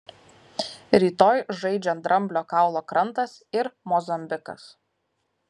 rytoj žaidžia dramblio kaulo krantas ir mozambikas